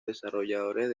desarrolladores